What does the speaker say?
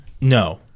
No